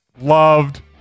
loved